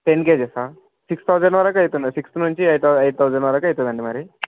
ten కేజీసా six thousand వరకు అవుతుందది సిక్స్త్ నుంచి ఎయిట్ ఎయిట్ తౌసండ్ వరకు అవుతుందండి మరి